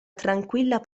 tranquilla